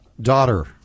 daughter